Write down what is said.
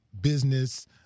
business